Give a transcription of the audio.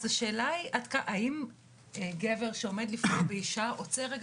השאלה היא אם גבר שעומד לפגוע באישה עוצר רגע